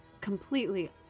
completely